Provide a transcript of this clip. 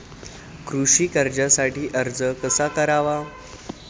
कृषी कर्जासाठी अर्ज कसा करावा?